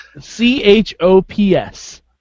C-H-O-P-S